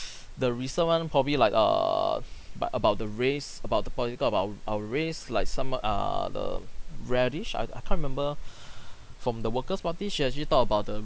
the recent one probably like err but about the race about the political about our race like some err the radish I I can't remember from the workers' party she actually talk about the